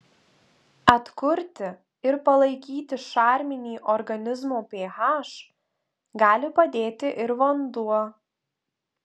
atkurti ir palaikyti šarminį organizmo ph gali padėti ir vanduo